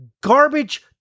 garbage